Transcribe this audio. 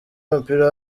w’umupira